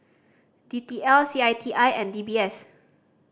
D T L C I T I and D B S